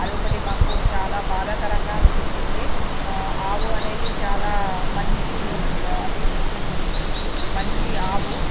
అదొకటి మాకు చాలా బాధాకరంగా అనిపించింది ఆవు అనేది చాలా మంచి అది ఈ మంచి ఆవు